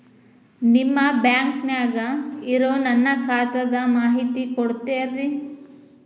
ನಿಮ್ಮ ಬ್ಯಾಂಕನ್ಯಾಗ ಇರೊ ನನ್ನ ಖಾತಾದ ಮಾಹಿತಿ ಕೊಡ್ತೇರಿ?